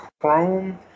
Chrome